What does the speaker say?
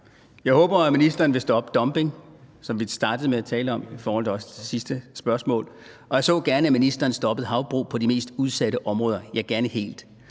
Jeg håber, at ministeren vil stoppe dumping, som vi startede med at tale om i det sidste spørgsmål, og jeg så gerne, at ministeren stoppede havbrug på de mest udsatte områder – ja, gerne helt.